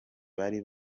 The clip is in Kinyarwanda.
bari